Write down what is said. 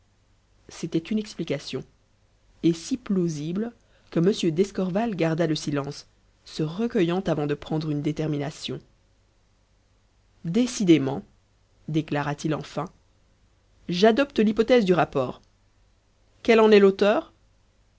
c'était une explication et si plausible que m d'escorval garda le silence se recueillant avant de prendre une détermination décidément déclara-t-il enfin j'adopte l'hypothèse du rapport quel en est l'auteur